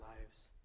lives